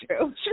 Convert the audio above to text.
true